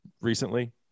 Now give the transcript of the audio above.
recently